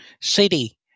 city